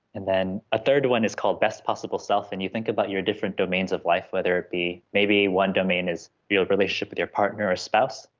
and then a third one is called the best possible self, and you think about your different domains of life, whether it be, maybe one domain is your relationship with your partner or spouse,